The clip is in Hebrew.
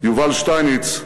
יובל שטייניץ,